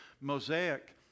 Mosaic